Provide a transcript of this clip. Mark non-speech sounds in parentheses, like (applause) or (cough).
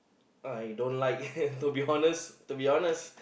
I don't like (laughs) to be honest to be honest